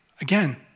again